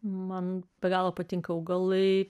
man be galo patinka augalai